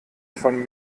von